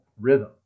rhythm